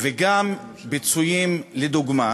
וגם פיצויים לדוגמה,